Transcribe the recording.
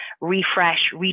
refresh